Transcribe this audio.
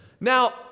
Now